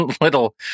little